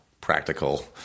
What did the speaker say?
practical